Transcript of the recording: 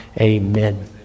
Amen